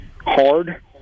hard